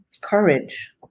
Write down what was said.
courage